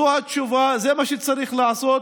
זו התשובה, זה מה שצריך לעשות.